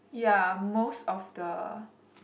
ya most of the